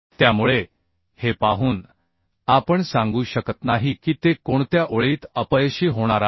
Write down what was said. त्यामुळे हे पाहून आपण सांगू शकत नाही की ते कोणत्या ओळीत अपयशी होणार आहे